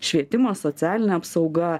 švietimas socialinė apsauga